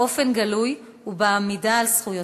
באופן גלוי ובעמידה על זכויותיה.